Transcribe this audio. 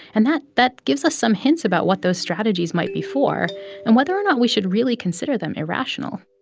and that that gives us some hints about what those strategies might be for and whether or not we should really consider them irrational